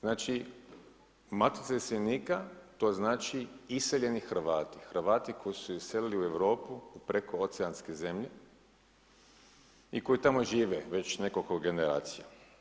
Znači Matica iseljenika to znači iseljeni Hrvati, Hrvati koji su se iselili u Europu, prekooceanske zemlje i koji tamo žive već nekoliko generacija.